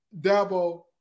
Dabo